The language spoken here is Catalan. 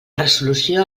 resolució